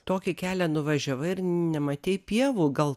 tokį kelią nuvažiavai ir nematei pievų gal